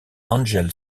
angel